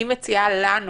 אני מציעה לנו